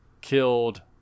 Killed